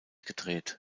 gedreht